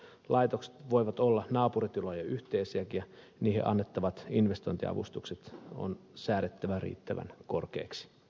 laitokset voivat olla naapuritilojen yhteisiäkin ja niihin annettavat investointiavustukset on säädettävä riittävän korkeiksi